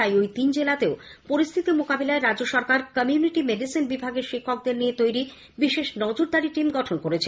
তাই ওই তিন জেলাতে পরিস্থিতির মোকাবিলায় রাজ্য সরকার কমিউনিটি মেডিসিন বিভাগের শিক্ষকদের নিয়ে তৈরি বিশেষ নজরদারি টিম গঠন করছে